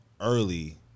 early